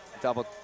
Double